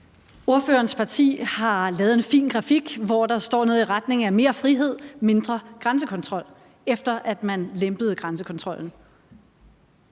Ordførerens parti har lavet en fin grafik, hvor der står noget i retning af: Mere frihed, mindre grænsekontrol. Det var, efter at man lempede grænsekontrollen.